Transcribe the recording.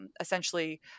essentially